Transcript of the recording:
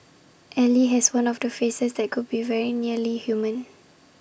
ally has one of the faces that could be very nearly human